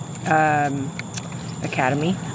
Academy